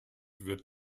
wird